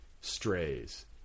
strays